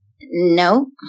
No